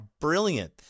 brilliant